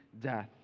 death